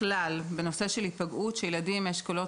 בנושא של היפגעות אנחנו יודעים שילדים מאשכולות